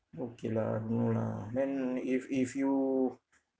okay lah no lah then if if you